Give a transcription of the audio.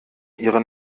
ihre